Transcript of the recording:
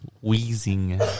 wheezing